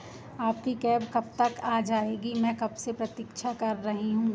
आपकी कैब कब तक आ जाएगी मैं कब से प्रतीक्षा कर रही हूँ